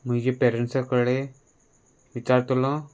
म्हजे पेरंट्सा कडेन विचारतलो